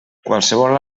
qualsevol